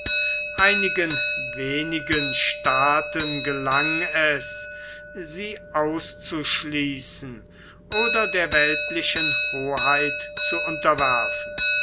einigen wenigen staaten gelang es sie auszuschließen oder der weltlichen hoheit zu unterwerfen